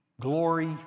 glory